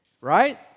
Right